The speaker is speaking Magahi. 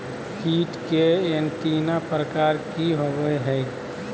कीट के एंटीना प्रकार कि होवय हैय?